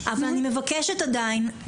אבל אני מבקשת עדיין,